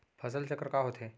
फसल चक्र का होथे?